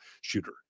shooter